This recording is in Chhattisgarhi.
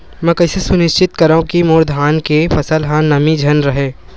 मैं कइसे सुनिश्चित करव कि मोर धान के फसल म नमी झन रहे?